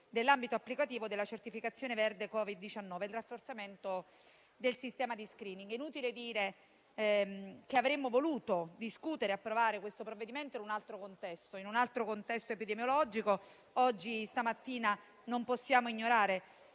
dell'ambito applicativo della certificazione verde Covid-19 e il rafforzamento del sistema di *screening*. È inutile dire che avremmo voluto discuterlo e approvarlo in presenza di un altro contesto epidemiologico. Questa mattina non possiamo invece